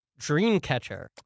Dreamcatcher